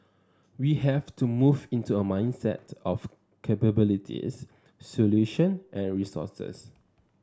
we have to move into a mindset of capabilities solutions and resources